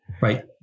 Right